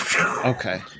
okay